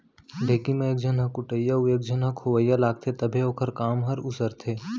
ढेंकी म एक झन ह कुटइया अउ एक झन खोवइया लागथे तभे ओखर काम हर उसरथे